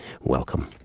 Welcome